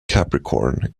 capricorn